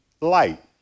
light